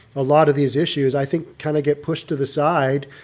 a lot of these issues, i think, kind of get pushed to the side.